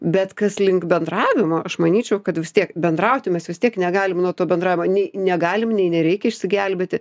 bet kas link bendravimo aš manyčiau kad vis tiek bendrauti mes vis tiek negalim nuo to bendravimo nei negalim nei nereikia išsigelbėti